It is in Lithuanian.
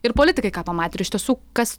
ir politikai ką pamatė ir iš tiesų kas